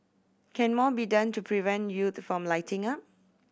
can more be done to prevent youths from lighting up